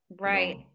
Right